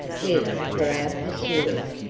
yes, for our pursuers!